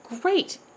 great